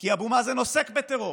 כי אבו מאזן עוסק בטרור